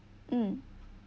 mm